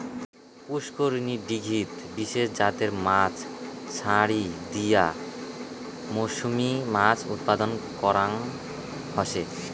পুষ্করিনী, দীঘিত বিশেষ জাতের মাছ ছাড়ি দিয়া মরসুমী মাছ উৎপাদন করাং হসে